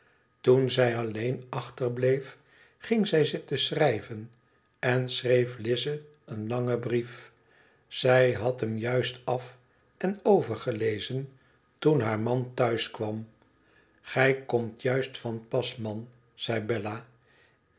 toen zij alleen achterbleef ging zij zitten schrijven en schreef lize een langen brief zij had hem juist af en overgelezen toen haar man thuis kwam gij komt juist van pas man zei bella